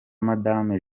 madame